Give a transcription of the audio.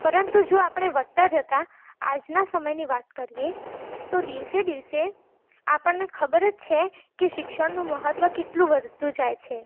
પરંતુ જો આપણે વધતા જતાં આજના સમયની વાત કરીએ તો દિવસે દિવસે આપણને ખબર જ છે કે શિક્ષણનું મહત્ત્વ કેટલું વધતું જાય છે